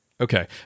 Okay